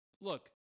Look